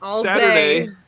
Saturday